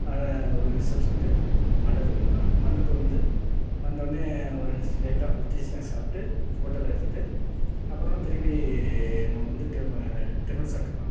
ஒரு ரிசெப்ஷன்க்கு மண்டபத்துக்கு வந்துடலாம் மண்டபத்துக்கு வந்து வந்தவொடன்னே ஒரு லைட்டாக ஒரு டீ ஸ்நாக்ஸ் சாப்பிட்டு ஃபோட்டோலாம் எடுத்துகிட்டு அப்புறம் திருப்பி நம்ம வந்து டி டிஃபன் சாப்பிட்ருலாம்